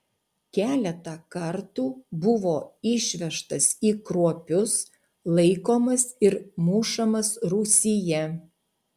keletą kartų buvo išvežtas į kruopius laikomas ir mušamas rūsyje